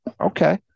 Okay